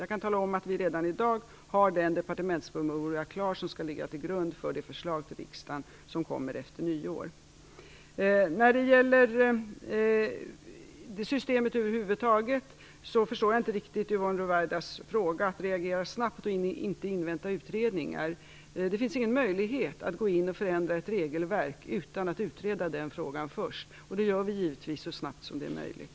Jag kan tala om att vi redan i dag har den departementspromemoria klar som skall ligga till grund för det förslag till riksdagen som kommer efter nyår. När det gäller systemet över huvud taget förstår jag inte riktigt Yvonne Ruwaidas fråga om att reagera snabbt och inte invänta utredningar. Det finns ingen möjlighet att förändra ett regelverk utan att utreda frågan först. Det gör vi givetvis så snabbt som det är möjligt.